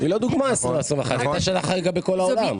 היא לא דוגמה 2021, יש הנחה לגבי כל העולם.